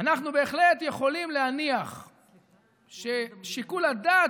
אנחנו בהחלט יכולים להניח ששיקול הדעת